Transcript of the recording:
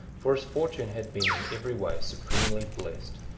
for his fortune had been in every way supremely blessed,